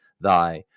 thy